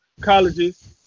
colleges